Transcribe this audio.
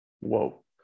whoa